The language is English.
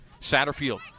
Satterfield